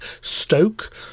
Stoke